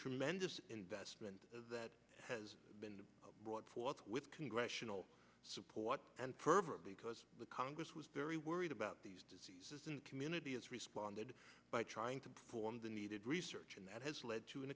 tremendous investment that has been brought forth with congressional support and pervert because the congress was very worried about the community has responded by trying to perform the needed research and that has led to an